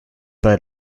bei